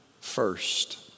first